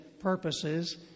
purposes